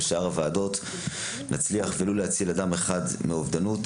נצליח להציל מאובדנות,